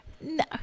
No